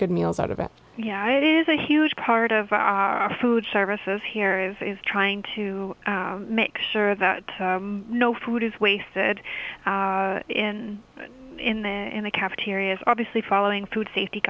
good meals out of it yeah it is a huge part of our food services here is is trying to make sure that no food is wasted in in the in the cafeterias obviously following food safety